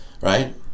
Right